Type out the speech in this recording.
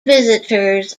visitors